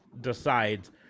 decides